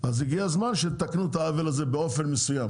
אז הגיע הזמן שתתקנו את העוול הזה באופן מסוים.